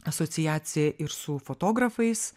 asociacija ir su fotografais